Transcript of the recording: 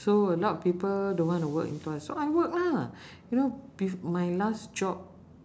so a lot people don't want to work in tuas so I work lah you know bef~ my last job